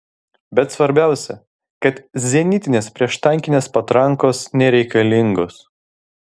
bet svarbiausia kad zenitinės prieštankinės patrankos nereikalingos